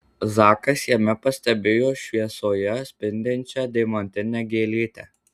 zakas jame pastebėjo šviesoje spindinčią deimantinę gėlytę